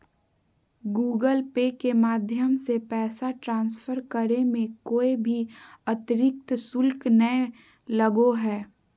Google Pay के माध्यम से पैसा ट्रांसफर करे मे कोय भी अतरिक्त शुल्क नय लगो हय